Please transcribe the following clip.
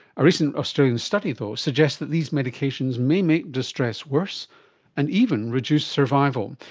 a recent australian study though suggests that these medications may make distress worse and even reduce survival.